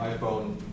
iPhone